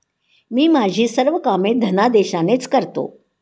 मी माझी सर्व कामे धनादेशानेच करतो